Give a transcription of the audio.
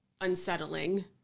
unsettling